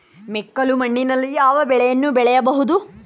ಮೆಕ್ಕಲು ಮಣ್ಣಿನಲ್ಲಿ ಯಾವ ಬೆಳೆಯನ್ನು ಬೆಳೆಯಬಹುದು?